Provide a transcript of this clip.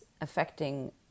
affecting